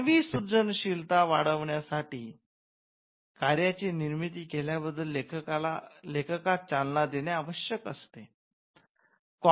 मानवी सृजनशीलता वाढवण्यासाठी कार्याची निर्मिती केल्याबद्दल लेखकास चालना देणे आवश्यक असते